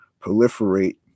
proliferate